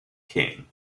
king